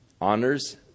honors